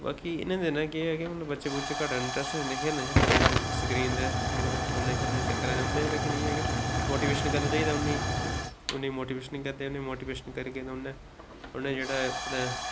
बाकी इ'नें दिनें च केह् है कि बच्चे बुच्चे घट्ट ऐ इंटरेस्ट दिंदे खेलने खोलने गी ज्यादा स्क्रीन दे फोने शोने दे चक्करे च रौंह्दे तां गै मोटीवेशन करना चाहिदा उनें गी मोटीवेशन नेई करदे मोटीवेशन करगे उनेंगी तां उनें जेह्ड़ा है अपने